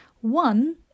One